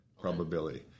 probability